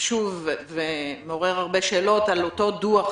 חשוב ומעורר הרבה שאלות על אותו דוח